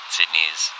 Sydney's